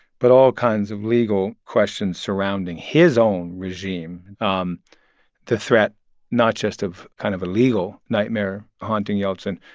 but all kinds of legal questions surrounding his own regime um the threat not just of kind of a legal nightmare haunting yeltsin,